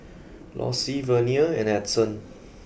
Lossie Vernia and Edson